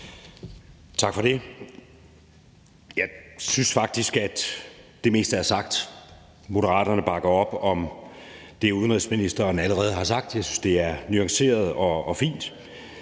Tak for det. Jeg synes faktisk, at det meste er sagt. Moderaterne bakker op om det, udenrigsministeren allerede har sagt. Jeg synes, det er nuanceret og fint.